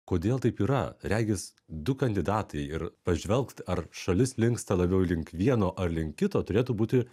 kodėl taip yra regis du kandidatai ir pažvelgt ar šalis linksta labiau link vieno ar link kito turėtų būti